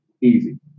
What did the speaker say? Easy